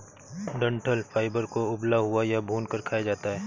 डंठल फाइबर को उबला हुआ या भूनकर खाया जाता है